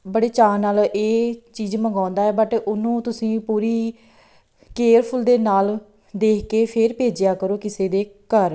ਬੜੇ ਚਾਅ ਨਾਲ ਇਹ ਚੀਜ਼ ਮੰਗਵਾਉਂਦਾ ਹੈ ਬਟ ਉਹਨੂੰ ਤੁਸੀਂ ਪੂਰੀ ਕੇਅਰਫੁਲ ਦੇ ਨਾਲ ਦੇਖ ਕੇ ਫਿਰ ਭੇਜਿਆ ਕਰੋ ਕਿਸੇ ਦੇ ਘਰ